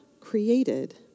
created